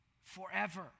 forever